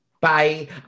Bye